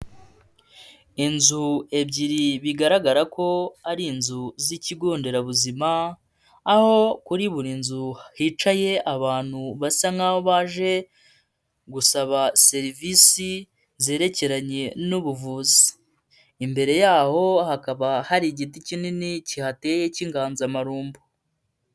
Inzu ebyiri bigaragara ko ari inzu z'ikigo nderabuzima, aho kuri buri nzu hicaye abantu basa nk'aho baje gusaba serivisi zerekeranye n'ubuvuzi, imbere yaho hakaba hari igiti kinini kihateye k'inganzamarumbu.